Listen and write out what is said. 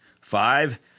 Five